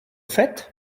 fête